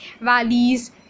valleys